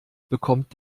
bekommt